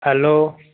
hello